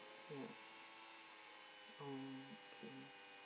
mm okay